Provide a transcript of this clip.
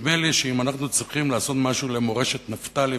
ונדמה לי שאם אנחנו צריכים לעשות משהו למורשת נפתלי,